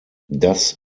das